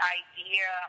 idea